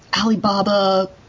Alibaba